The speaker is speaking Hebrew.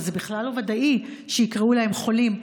אבל זה בכלל לא ודאי שיקראו להם חולים,